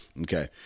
Okay